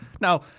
Now